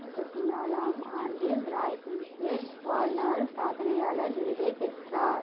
ரெண்டாயிரத்தி நாலாம் ஆண்டில் ராய் பில்ம்பேர் வாழ்நாள் சாதனையாளர் விருதைப் பெற்றார்